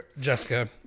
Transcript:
Jessica